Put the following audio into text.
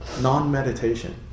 non-meditation